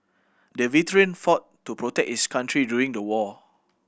the veteran fought to protect his country during the war